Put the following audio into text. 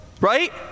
right